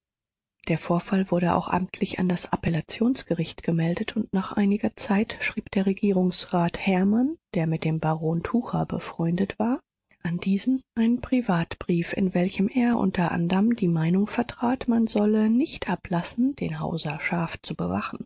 der vorfall wurde auch amtlich an das appellationsgericht gemeldet und nach einiger zeit schrieb der regierungsrat hermann der mit dem baron tucher befreundet war an diesen einen privatbrief in welchem er unter anderm die meinung vertrat man solle nicht ablassen den hauser scharf zu bewachen